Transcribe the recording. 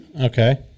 Okay